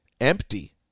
empty